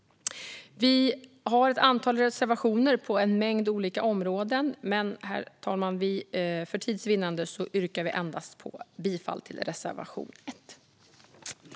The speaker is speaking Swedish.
Vi har ett antal olika reservationer på en mängd olika områden, men, herr talman, för tids vinnande yrkar vi bifall endast till reservation 1.